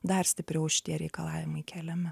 dar stipriau šitie reikalavimai keliami